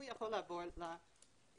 הוא יכול לעבור למרכז,